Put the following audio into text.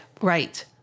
Right